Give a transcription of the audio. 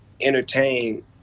entertain